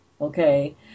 Okay